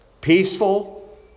peaceful